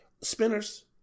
spinners